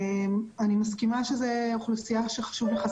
אם יש מקרים נקודתיים של אנשים שמעוניינים להתחסן